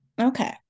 Okay